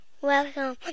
welcome